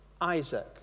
Isaac